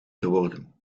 geworden